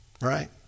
right